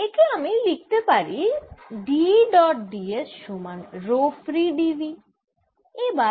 একে আমি লিখতে পারি D ডট ds সমান রো ফ্রী dv